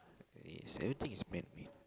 certain things is man-made